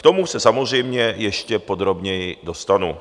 K tomu se samozřejmě ještě podrobněji dostanu.